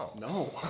No